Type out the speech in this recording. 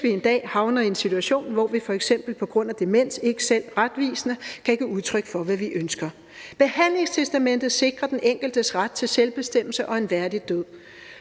hvis vi en dag havner i en situation, hvor vi f.eks. på grund af demens ikke selv retvisende kan give udtryk for, hvad vi ønsker. Behandlingstestamentet sikrer den enkeltes ret til selvbestemmelse og en værdig død.